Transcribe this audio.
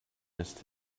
missed